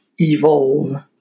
evolve